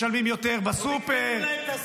משלמים יותר בסופר -- הגדילו להם את השכר.